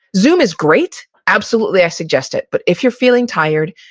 zoom is great. absolutely, i suggest it. but if you're feeling tired,